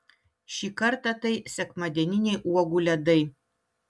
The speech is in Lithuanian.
šį kartą tai sekmadieniniai uogų ledai